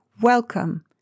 Welcome